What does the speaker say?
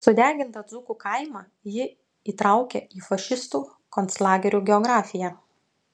sudegintą dzūkų kaimą ji įtraukia į fašistų konclagerių geografiją